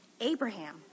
Abraham